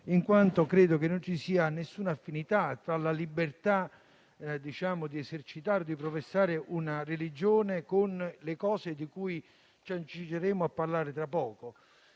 in quanto credo non ci sia alcuna affinità tra la libertà di esercitare e professare una religione con le cose di cui ci accingeremo a parlare tra poco.